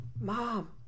Mom